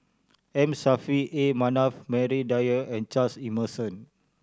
M Saffri A Manaf Maria Dyer and Charles Emmerson